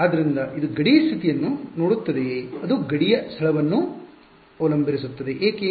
ಆದ್ದರಿಂದ ಇದು ಗಡಿ ಸ್ಥಿತಿಯನ್ನು ನೋಡುತ್ತದೆಯೇ ಅದು ಗಡಿಯ ಸ್ಥಳವನ್ನು ಅವಲಂಬಿಸಿರುತ್ತದೆ ಏಕೆ